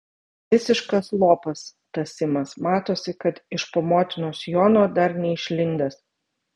visiškas lopas tas simas matosi kad iš po motinos sijono dar neišlindęs